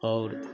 और